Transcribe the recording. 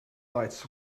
lights